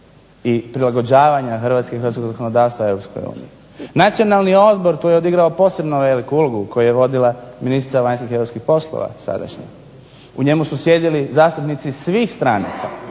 i prilagođavanja Hrvatske i hrvatskog zakonodavstva Europskoj uniji. Nacionalni odbor tu je odigrao posebno veliku ulogu koji je vodila ministrica vanjskih i europskih poslova sadašnja. U njemu su sjedili zastupnici svih stranaka,